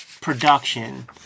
production